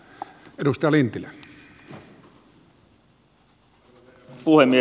arvoisa puhemies